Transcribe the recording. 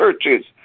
churches